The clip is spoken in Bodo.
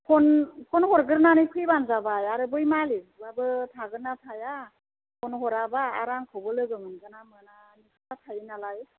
फन फन हरग्रोनानै फैबानो जाबाय आरो बै मालिगाबो थागोना थाया फन हराबा आरो आंखौबो लोगो मोनगोना मोनानि खोथा थायो नालाय